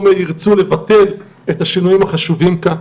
ירצה לבטל את השינויים החשובים כאן.